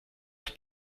tout